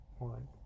One